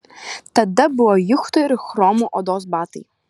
tada buvo juchto ir chromo odos batai